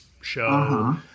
show